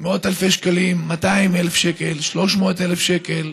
אלפי שקלים, 200,000 שקל, 300,000 שקל.